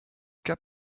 cap